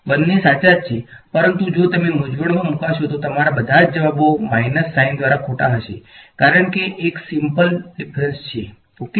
બંને સાચા છે પરંતુ જો તમે મૂંઝવણમાં મુકાશો તો તમારા બધા જ જવાબો માઇનસ સાઇન દ્વારા ખોટા હશે કારણ કે એક સીમપ્લ ડીફરંસ છે ઓકે